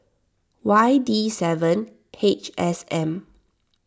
Y D seven H S M